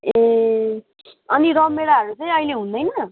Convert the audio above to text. ए अनि रमभेडाहरू चाहिँ अहिले हुँदैन